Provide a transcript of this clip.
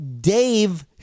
Dave